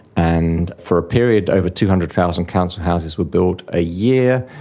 and for a period, over two hundred thousand council houses were built a year,